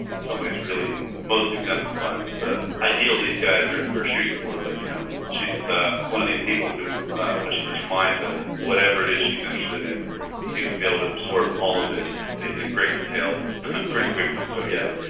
in some ways really most exemplifies the ideal these guys are are shooting for, but you know she's so one of these people who when she puts her mind to whatever it is she's interested in seems to be able to absorb all of it in great detail pretty quickly, so yes,